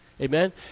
Amen